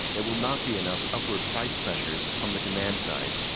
there will not be enough upward price pressures from the demand side.